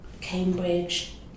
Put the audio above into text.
Cambridge